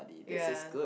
ya